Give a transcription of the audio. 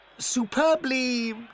Superbly